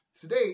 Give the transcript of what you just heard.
Today